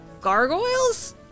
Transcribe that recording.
Gargoyles